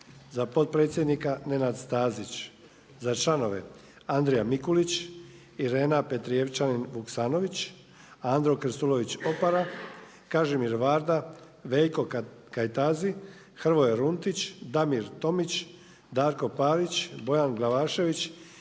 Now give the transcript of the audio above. za potpredsjednika Nenad Stazić, za članove Andrija Mikulić, Irena Petrijevčanin Vuksanović, andro Krstulović Opara, Kažimil Varda, Veljko Kajtazi, Hrvoje Runtić, Damir Tomić, Darko Parić, Bojan Glavašević